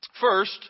first